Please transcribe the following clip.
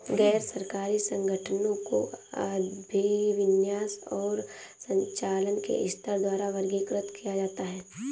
गैर सरकारी संगठनों को अभिविन्यास और संचालन के स्तर द्वारा वर्गीकृत किया जाता है